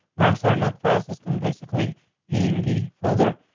well, i'm sorry, not file system basically in the folder.